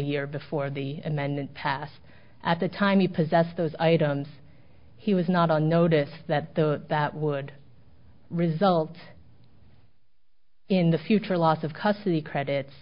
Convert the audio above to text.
year before the amendment passed at the time he possessed those items he was not on notice that the that would result in the future loss of custody credits